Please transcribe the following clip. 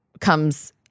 comes